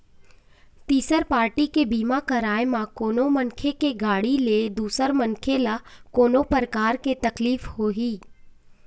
तिसर पारटी के बीमा करवाय म कोनो मनखे के गाड़ी ले दूसर मनखे ल कोनो परकार के तकलीफ होही